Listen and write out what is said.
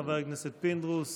חבר הכנסת פינדרוס,